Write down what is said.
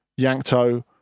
Yankto